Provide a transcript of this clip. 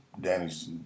Danny's